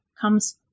comes